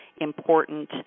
important